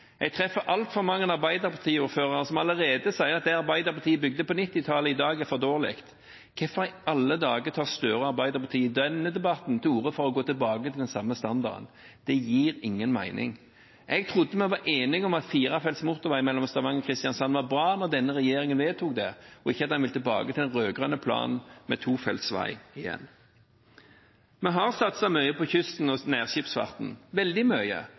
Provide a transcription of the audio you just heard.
Jeg treffer altfor mange Arbeiderparti-ordførere som sier at det Arbeiderpartiet bygde på 1990-tallet, i dag er for dårlig. Hvorfor i alle dager tar representanten Gahr Støre og Arbeiderpartiet i denne debatten til orde for å gå tilbake til den samme standarden? Det gir ingen mening. Jeg trodde vi var enige om at firefelts motorvei mellom Stavanger og Kristiansand var bra da denne regjeringen vedtok det, og ikke at en ville tilbake til den rød-grønne planen med tofelts vei igjen. Vi har satset mye på kysten og nærskipsfarten – veldig mye.